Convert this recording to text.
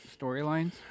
storylines